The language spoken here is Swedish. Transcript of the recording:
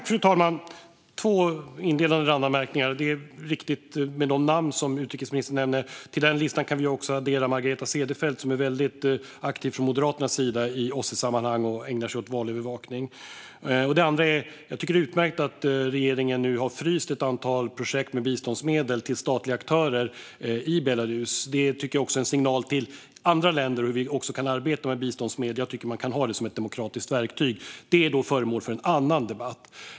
Fru talman! Jag har två randanmärkningar. Till att börja med är de namn som utrikesministern nämner riktiga. Till den listan kan vi addera Margareta Cederfelt från Moderaterna. Hon är aktiv i OSSE-sammanhang och ägnar sig åt valövervakning. Det andra är att det är utmärkt att regeringen nu har fryst ett antal projekt med biståndsmedel till statliga aktörer i Belarus. Det är också en signal till andra länder om hur man kan arbeta med biståndsmedel. Jag tycker att man kan ha det som ett demokratiskt verktyg. Det är då föremål för en annan debatt.